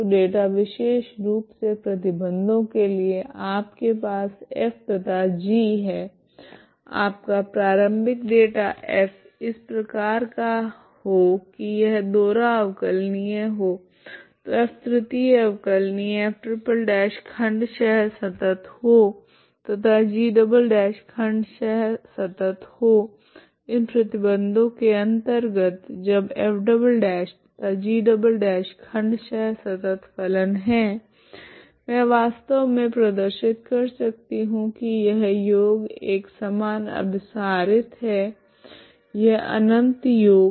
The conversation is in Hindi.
तो डेटा विषेशरूप से प्रतिबंधों के लिए आपके पास f तथा g है आपका प्रारम्भिक डेटा f इस प्रकार का हो की यह दोहरा अवकलनीय हो तो f तृतीय अवकलनीय f"' खण्डशह संतत हो तथा g" खण्डशह संतत हो इन प्रतिबंधों के अंतर्गत जब f" तथा g" खण्डशह संतत फलन है मैं वास्तव मे प्रदर्शित कर सकती हूँ की यह योग एक समान अभिसारित है यह अनंत योग